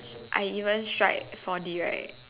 I even strike four D right